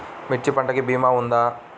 మిర్చి పంటకి భీమా ఉందా?